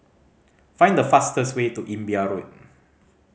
find the fastest way to Imbiah Road